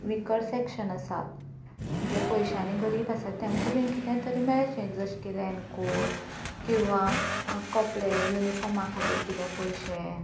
vicar section आसा जे पयशांनी गरीब आसा तेमकां बी कितेंय तरी मेळचें जशे की रेनकोट किंवा कपडे युनिफॉर्मां खातीर कितेंय पयशे